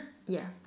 yeah